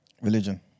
Religion